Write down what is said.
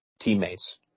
teammates